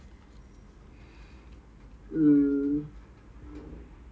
eh 你是去 err H_T_A 先 right